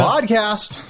Podcast